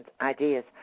ideas